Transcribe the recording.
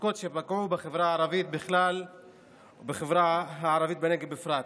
פסיקות שפגעו בחברה הערבית בכלל ובחברה הערבית בנגב בפרט.